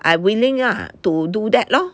I willing ah to do that lor